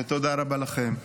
ותודה רבה לכם.